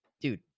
Dude